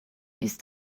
ist